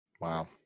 Wow